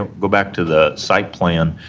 ah go back to the site plan